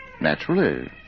Naturally